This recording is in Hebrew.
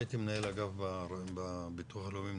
הייתי מנהל אגף בטחון בביטוח לאומי,